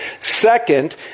Second